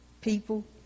people